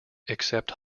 except